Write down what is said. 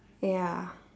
ya